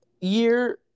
year